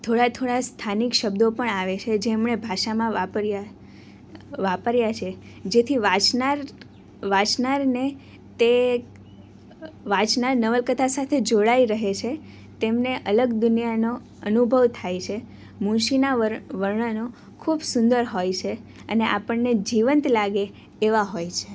થોડા થોડા સ્થાનિક શબ્દો પણ આવે છે જે એમણે ભાષામાં વાપર્યા વાપર્યા છે જેથી વાંચનાર વાંચનારને તે વાંચનાર નવલકથા સાથે જોડાઈ રહે છે છે તેમને અલગ દુનિયાનો અનુભવ થાય છે મુનશીના વર્ણનો ખૂબ સુંદર હોય છે અને આપણને જીવંત લાગે એવા હોય છે